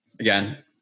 Again